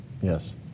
Yes